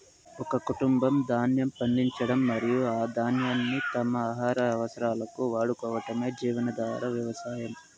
ఒక కుటుంబం ధాన్యం పండించడం మరియు ఆ ధాన్యాన్ని తమ ఆహార అవసరాలకు వాడుకోవటమే జీవనాధార వ్యవసాయం